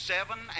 Seven